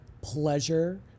pleasure